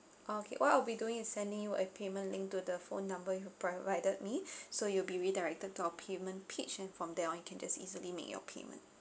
okay what I'll be doing is sending you a payment link to the phone number you provided me so you'll be redirected to our payment page and from there on you can just easily make your payment